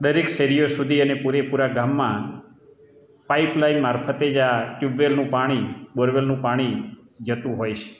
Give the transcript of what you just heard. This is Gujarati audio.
દરેક શેરીઓ સુધી અને પૂરેપૂરા ગામમાં પાઈપ લાઈન મારફતે જ આ ટ્યુબવેલનું પાણી બોરવેલનું પાણી જતું હોય છે